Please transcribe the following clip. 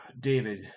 David